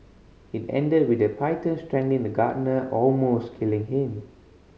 it ended with the python strangling the gardener almost killing him